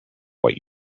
what